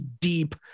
deep